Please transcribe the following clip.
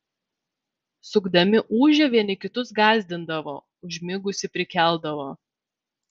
sukdami ūžę vieni kitus gąsdindavo užmigusį prikeldavo